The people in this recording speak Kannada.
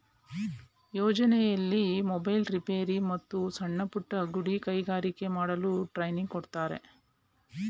ಯೋಜನೆಯಲ್ಲಿ ಮೊಬೈಲ್ ರಿಪೇರಿ, ಮತ್ತು ಸಣ್ಣಪುಟ್ಟ ಗುಡಿ ಕೈಗಾರಿಕೆ ಮಾಡಲು ಟ್ರೈನಿಂಗ್ ಕೊಡ್ತಾರೆ